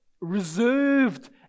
reserved